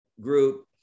group